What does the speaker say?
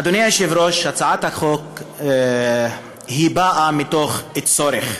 היושב-ראש, הצעת החוק באה מתוך צורך.